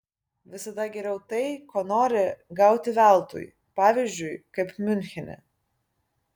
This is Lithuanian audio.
visada geriau tai ko nori gauti veltui pavyzdžiui kaip miunchene